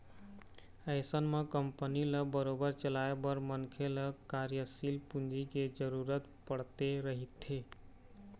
अइसन म कंपनी ल बरोबर चलाए बर मनखे ल कार्यसील पूंजी के जरुरत पड़ते रहिथे